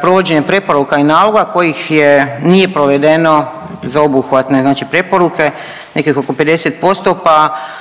provođenje preporuka i naloga kojih je, nije provedeno za obuhvatne znači preporuke, nekih oko 50%.